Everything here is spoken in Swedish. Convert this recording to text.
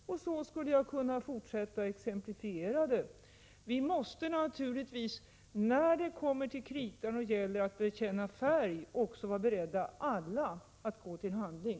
Så skulle jag kunna fortsätta att exemplifiera. Vi måste naturligtvis när det kommer till kritan och det gäller att bekänna färg alla vara beredda att gå till handling.